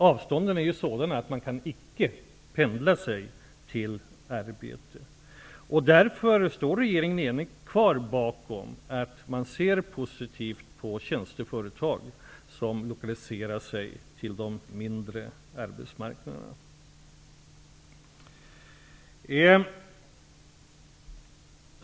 Avstånden är ju sådana att man icke kan pendla till arbetet. Därför står regeringen enigt kvar bakom uppfattningen att det är positivt att tjänsteföretag lokaliserar sin verksamhet till de mindre arbetsmarknaderna.